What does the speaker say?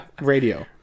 radio